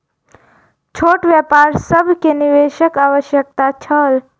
छोट व्यापार सभ के निवेशक आवश्यकता छल